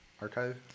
archive